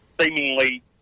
seemingly